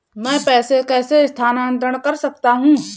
मैं पैसे कैसे स्थानांतरण कर सकता हूँ?